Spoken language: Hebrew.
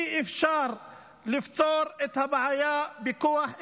אי-אפשר לפתור את הבעיה בכוח.